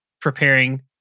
preparing